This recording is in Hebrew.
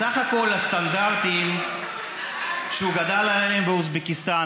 בסך הכול הסטנדרטים שהוא גדל עליהם באוזבקיסטאן,